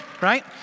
right